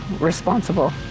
responsible